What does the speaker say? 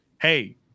hey